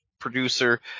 producer